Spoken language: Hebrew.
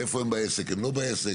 איפה הן בעסק, הן לא בעסק?